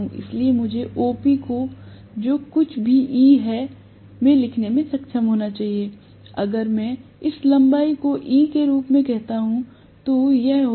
इसलिए मुझे OP को जो कुछ भी E हैमें लिखने में सक्षम होना चाहिए अगर मैं इस लंबाई को E के रूप में कहता हूं तो यह होगा